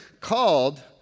called